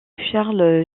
charles